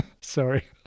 Sorry